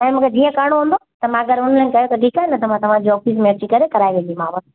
ऐं मूंखे जीअं करिणो हूंदो त मां अगरि ऑनलाइन कयो त ठीकु आहे न त मां तव्हांजे ऑफ़िस में अची करे कराए वेंदीमांव